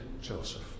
Joseph